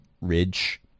ridge